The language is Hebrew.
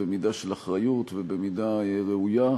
במידה של אחריות ובמידה ראויה.